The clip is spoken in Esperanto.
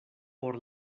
por